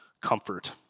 comfort